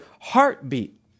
heartbeat